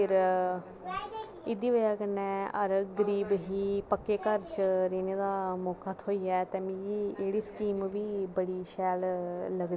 ते फिर एह्दी बजह कन्नै हर गरीब गी पक्के घर च रौह्ने दा मौका थ्होई जा ते मिगी इंदी स्कीम बी बड़ी शैल लगदी ऐ